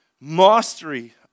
Mastery